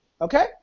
Okay